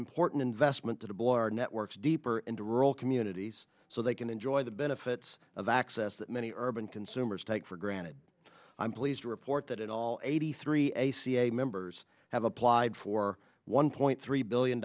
important investment aboard networks deeper into rural communities so they can enjoy the benefits of access that many urban consumers take for granted i'm pleased to report that all eighty three members have applied for one point three billion